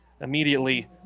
immediately